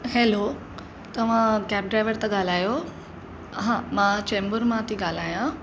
hello तव्हां cab driver था ॻाल्हायो हा मां चेंबूर मां थी ॻाल्हायां